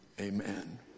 amen